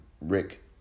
Rick